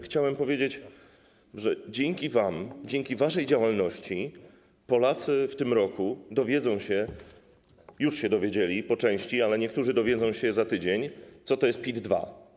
Chciałbym powiedzieć, że dzięki wam, dzięki waszej działalności Polacy w tym roku dowiedzą się - po części już się dowiedzieli, ale niektórzy dowiedzą się za tydzień - co to jest PIT-2.